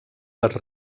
les